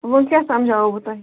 وۄنۍ کیاہ سمجھاوہو بہٕ تۄہہِ